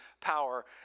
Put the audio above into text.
power